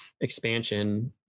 expansion